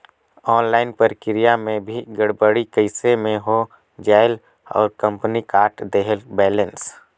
Online प्रक्रिया मे भी गड़बड़ी कइसे मे हो जायेल और कंपनी काट देहेल बैलेंस?